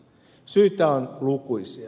syitä on lukuisia